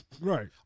Right